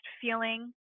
feeling